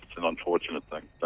an unfortunate thing.